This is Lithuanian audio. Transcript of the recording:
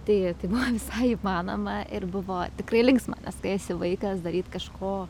tai buvo visai įmanoma ir buvo tikrai linksma nes kai esi vaikas daryt kažko